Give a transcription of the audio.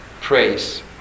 praise